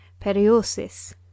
periosis